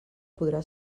podrà